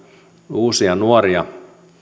uusia nuoria